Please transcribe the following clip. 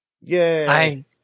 Yay